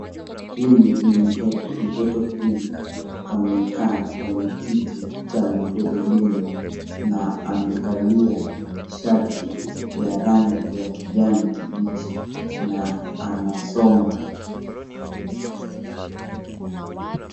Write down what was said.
Huyu ni mtoto. Mtoto huyu amekaa kwenye kiti cha magurudumu na amevalia shati ya rangi ya kijani kibichi na anasoma.